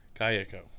Kayako